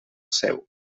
seu